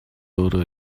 өөрөө